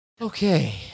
Okay